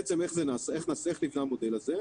בעצם איך ניבנה המודל הזה?